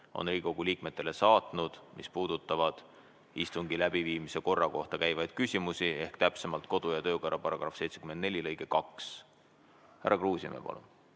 on Riigikogu liikmetele saatnud, mis puudutavad istungi läbiviimise korra kohta käivaid küsimusi ehk täpsemalt kodu- ja töökorra seaduse § 74 lõiget 2. Härra Kruusimäe, palun!